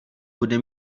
bude